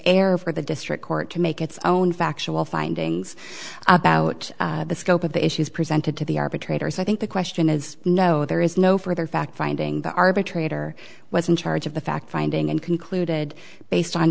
error for the district court to make its own factual findings about the scope of the issues presented to the arbitrator so i think the question is no there is no further fact finding the arbitrator was in charge of the fact finding and concluded based on